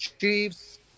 Chiefs